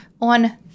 On